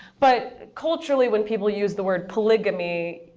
but culturally, when people use the word polygamy,